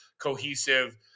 cohesive